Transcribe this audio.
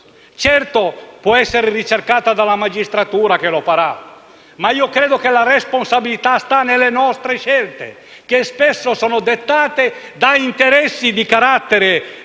e potrà essere ricercata dalla magistratura, che lo farà, ma credo che la responsabilità stia anche nelle nostre scelte, che spesso sono dettate da interessi di carattere